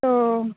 تو